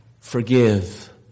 Forgive